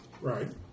Right